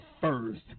first